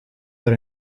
per